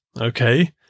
Okay